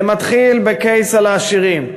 זה מתחיל ב-case על העשירים,